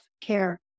care